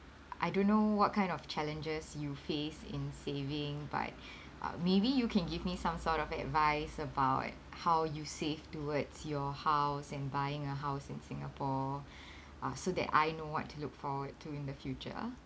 I don't know what kind of challenges you face in saving but uh maybe you can give me some sort of advice about how you save towards your house and buying a house in singapore uh so that I know what to look forward to in the future